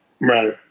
right